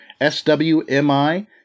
SWMI